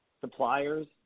suppliers